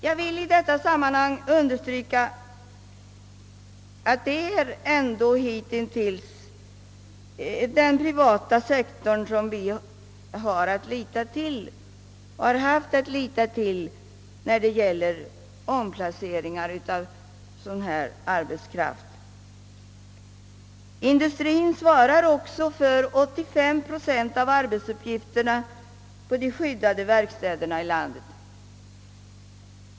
Jag vill i detta sammanhang understryka att det ändå hitintills är den privata sektorn som vi har och har haft att lita till när det gäller omplaceringen av sådan arbetskraft. Industrien svarar också för 85 procent av arbetsuppgifterna på de skyddade verkstäderna i landet.